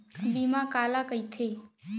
बीमा काला कइथे?